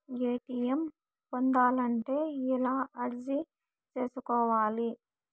ATM పొందాలంటే ఎలా అర్జీ సేసుకోవాలి?